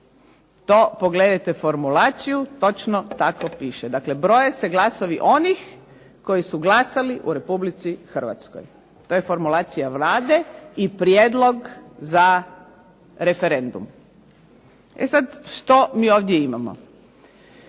To pogledajte formulaciju. Točno tako piše. Dakle, broje se glasovi onih koji su glasali u Republici Hrvatskoj. To je formulacija Vlade i prijedlog za referendum. E sada što mi ovdje imamo?